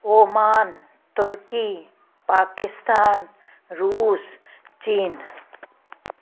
Oman तुर्की पाकिस्तान रुस चीन